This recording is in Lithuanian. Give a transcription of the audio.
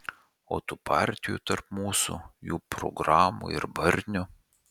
o tų partijų tarp mūsų jų programų ir barnių